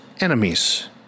enemies